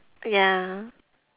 ya